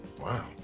Wow